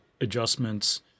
adjustments